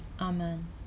Amen